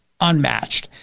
unmatched